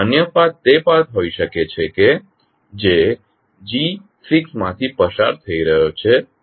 અન્ય પાથ તે પાથ હોઈ શકે છે જે G6માથી પસાર થઈ રહ્યો છે